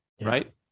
right